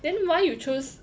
then why you choose